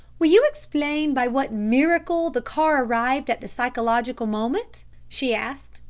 will you explain by what miracle the car arrived at the psychological moment? she asked.